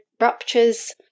ruptures